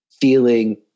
feeling